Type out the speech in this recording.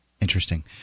Interesting